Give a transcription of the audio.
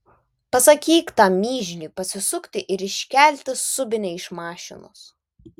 pasakyk tam mižniui pasisukti ir iškelti subinę iš mašinos